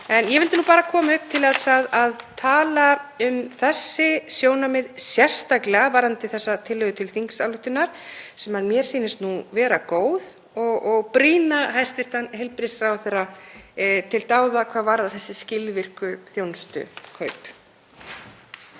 En ég vildi bara koma upp til að tala um þessi sjónarmið sérstaklega vegna þessarar tillögu til þingsályktunar, sem mér sýnist nú vera góð, og ég brýni hæstv. heilbrigðisráðherra til dáða hvað varðar þessi skilvirku þjónustukaup.